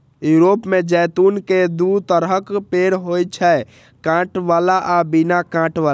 Europe मे जैतून के दू तरहक पेड़ होइ छै, कांट बला आ बिना कांट बला